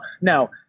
now